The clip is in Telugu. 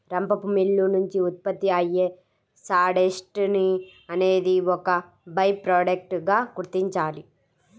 రంపపు మిల్లు నుంచి ఉత్పత్తి అయ్యే సాడస్ట్ ని అనేది ఒక బై ప్రొడక్ట్ గా గుర్తించాలి